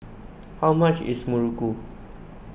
how much is Muruku